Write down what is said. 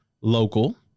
local